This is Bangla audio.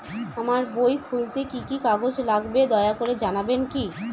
আমার বই খুলতে কি কি কাগজ লাগবে দয়া করে জানাবেন কি?